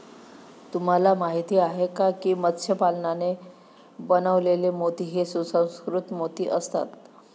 तुम्हाला माहिती आहे का की मत्स्य पालनाने बनवलेले मोती हे सुसंस्कृत मोती असतात